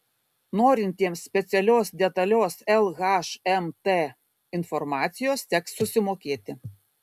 norintiems specialios detalios lhmt informacijos teks susimokėti